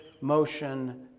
motion